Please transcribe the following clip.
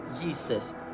Jesus